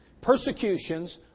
persecutions